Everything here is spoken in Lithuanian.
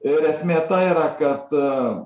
ir esmė ta yra kad